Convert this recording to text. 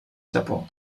japó